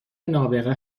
نابغه